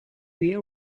hear